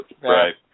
right